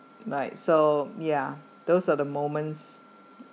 right so yeah those are the moments